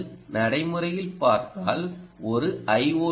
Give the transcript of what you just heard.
நீங்கள் நடைமுறையில் பார்த்தால் ஒரு ஐ